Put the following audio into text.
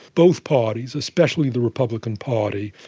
both parties, especially the republican party,